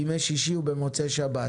בימי שישי ובמוצאי שבת,